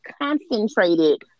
concentrated